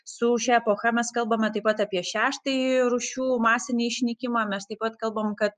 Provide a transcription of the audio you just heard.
su šia epocha mes kalbame taip pat apie šeštąjį rūšių masinį išnykimą mes taip pat kalbam kad